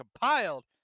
compiled